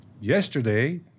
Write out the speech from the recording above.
Yesterday